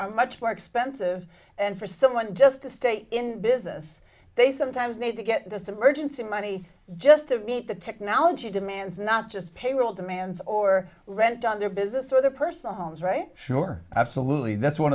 are much more expensive and for someone just to stay in business they sometimes need to get this emergency money just to meet the technology demands not just payroll demands or rent on their business or the person homes right sure absolutely that's one